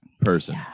person